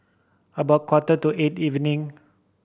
about quarter to eight evening